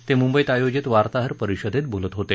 ते मुंबईत आयोजित वार्ताहर परिषदेत बोलत होते